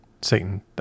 Satan